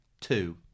two